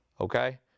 Okay